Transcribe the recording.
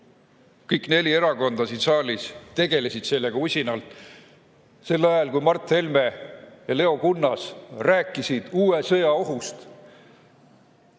kõik neli erakonda siin saalis tegelesid sellega usinalt –, sel ajal, kui Mart Helme ja Leo Kunnas rääkisid uue sõja ohust,